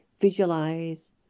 visualize